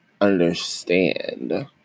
understand